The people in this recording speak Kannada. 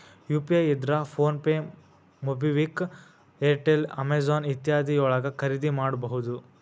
ಯು.ಪಿ.ಐ ಇದ್ರ ಫೊನಪೆ ಮೊಬಿವಿಕ್ ಎರ್ಟೆಲ್ ಅಮೆಜೊನ್ ಇತ್ಯಾದಿ ಯೊಳಗ ಖರಿದಿಮಾಡಬಹುದು